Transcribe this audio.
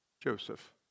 Joseph